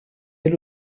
elle